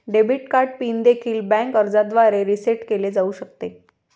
debit card PIN देखील bank अर्जाद्वारे reset केले जाऊ शकते